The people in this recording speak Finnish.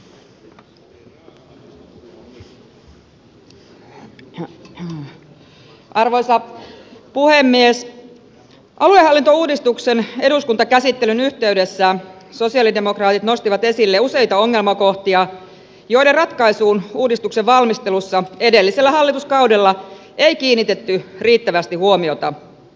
aluehallintouudistuksen eduskuntakäsittelyn yhteydessä sosialidemokraatit nostivat esille useita ongelmakohtia joiden ratkaisuun uudistuksen valmistelussa edellisellä hallituskaudella ei kiinnitetty riittävästi huomiota